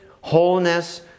wholeness